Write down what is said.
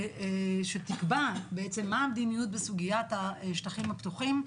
שבעצם תקבע מה היא המדיניות בסוגיית השטחים הפתוחים.